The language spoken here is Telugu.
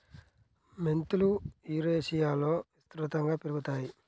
మెంతులు యురేషియాలో విస్తృతంగా పెరుగుతాయి